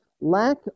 Lack